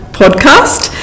podcast